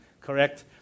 correct